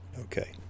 Okay